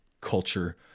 culture